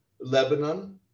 Lebanon